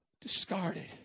discarded